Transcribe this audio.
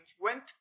Went